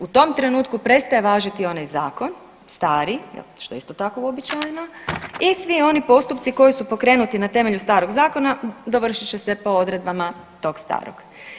U tom trenutku prestaje važiti onaj zakon stari, što je isto tako uobičajeno i svi oni postupci koji su pokrenuti na temelju starog zakona dovršit će se po odredbama tog starog.